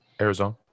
Arizona